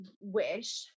wish